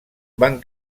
van